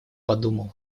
подумал